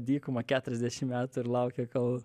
dykumą keturiasdešim metų ir laukė kol